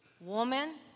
Woman